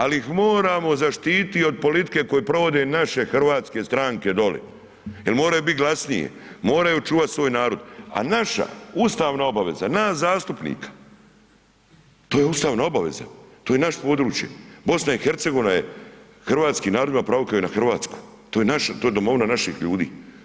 Ali ih moramo zaštititi od politike koju provode naše hrvatske stranke doli jer moraju biti glasniji, moraju čuvat svoj narod, a naša ustavna obaveza nas zastupnika, to je ustavna obaveza, to je naše područje, BiH je, hrvatski narod ima pravo kao i na Hrvatsku, tu je domovina naših ljudi.